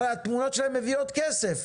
הרי התמונות שלהם מביאות כסף,